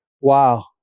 Wow